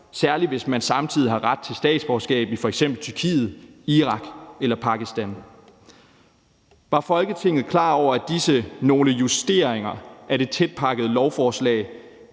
særlig hvis man samtidig har ret til statsborgerskab i f.eks. Tyrkiet, Irak eller Pakistan. Var Folketinget klar over, at disse nogle justeringer af det tætpakkede lovforslag